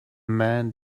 man